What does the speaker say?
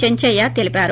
చెంచయ్య తెలిపారు